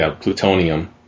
plutonium